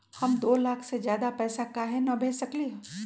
हम दो लाख से ज्यादा पैसा काहे न भेज सकली ह?